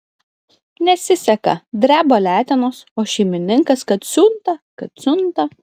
nesiseka dreba letenos o šeimininkas kad siunta kad siunta